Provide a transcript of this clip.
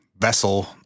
vessel